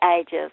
ages